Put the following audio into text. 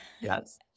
Yes